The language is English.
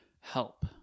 help